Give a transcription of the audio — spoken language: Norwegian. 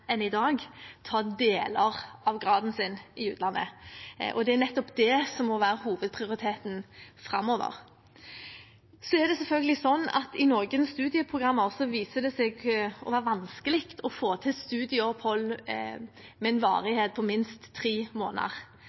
enn i dag ta deler av graden sin i utlandet, og det er nettopp det som må være hovedprioriteten framover. Så er det selvfølgelig slik at i noen studieprogrammer viser det seg å være vanskelig å få til studieopphold med en varighet på minst tre måneder.